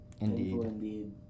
indeed